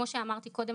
כמו שאמרתי קודם,